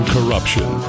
Corruption